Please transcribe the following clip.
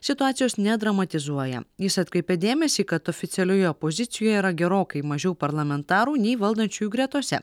situacijos nedramatizuoja jis atkreipė dėmesį kad oficialioje pozicijoje yra gerokai mažiau parlamentarų nei valdančiųjų gretose